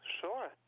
Sure